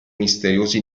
misteriosi